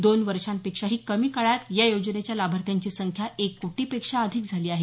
दोन वर्षांपेक्षाही कमी काळात या योजनेच्या लाभार्थ्यांची संख्या एक कोटीपेक्षा अधिक झाली आहे